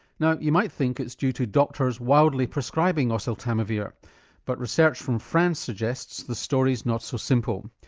now you might think it's due to doctors wildly prescribing oseltamivir, but research from france suggests the story is not so simple.